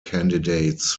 candidates